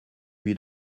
lui